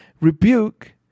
Rebuke